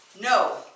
No